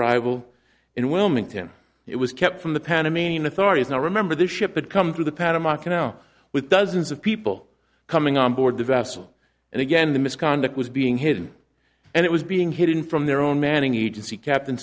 rival in wilmington it was kept from the panamanian authorities now remember the ship had come through the panama canal with dozens of people coming on board the vessel and again the misconduct was being hidden and it was being hidden from their own maning agency captain